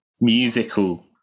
musical